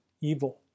evil